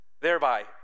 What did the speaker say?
thereby